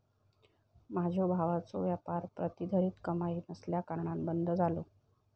माझ्यो भावजींचो व्यापार प्रतिधरीत कमाई नसल्याकारणान बंद झालो